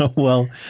ah well,